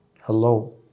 hello